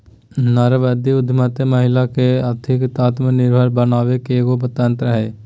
नारीवादी उद्यमितामहिला के आर्थिक आत्मनिर्भरता बनाबे के एगो तंत्र हइ